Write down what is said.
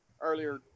earlier